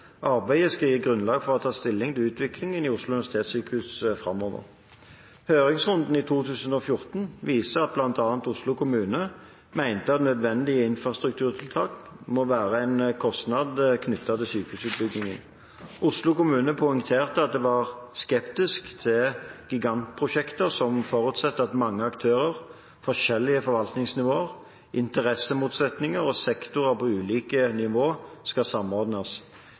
Arbeidet skal gi grunnlag for å ta stilling til utviklingen i Oslo universitetssykehus framover. Høringsrunden i 2014 viser at bl.a. Oslo kommune mente at nødvendige infrastrukturtiltak må være en kostnad knyttet til sykehusutbyggingen. Oslo kommune poengterte at de var skeptiske til gigantprosjekter som forutsetter at mange aktører, forskjellige forvaltningsnivå, interessemotsetninger og sektorer på ulike nivå skal samordnes.